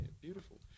beautiful